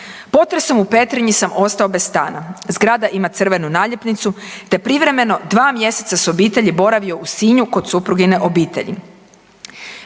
Potresom u Petrinji sam ostao bez stana, zgrada ima crvenu naljepnicu, te privremeno dva mjeseca sa obitelji boravio u Sinju kod suprugine obitelji.